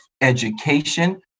education